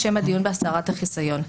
לשם הדיון בהסרת החיסיון.